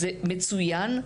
זה מצוין?